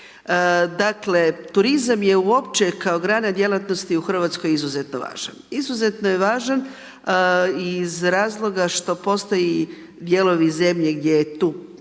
Dakle, turizam je uopće kao grana djelatnosti u Hrvatskoj izuzetno važan. Izuzetno je važan iz razloga što postoji dijelovi zemlje gdje tu